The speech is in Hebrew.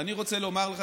ואני רוצה לומר לך,